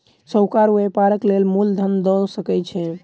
साहूकार व्यापारक लेल मूल धन दअ सकै छै